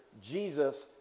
Jesus